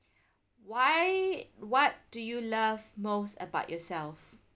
why what do you love most about yourself